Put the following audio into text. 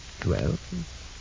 twelve